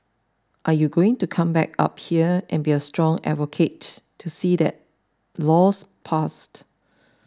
are you going to come back up here and be a strong advocate to see that law's passed